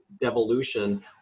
devolution